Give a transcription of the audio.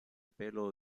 pelo